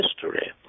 history